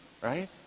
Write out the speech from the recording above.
right